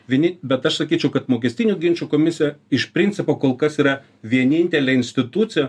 vieni bet aš sakyčiau kad mokestinių ginčų komisija iš principo kol kas yra vienintelė institucija